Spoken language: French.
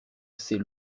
ces